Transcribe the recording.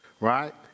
right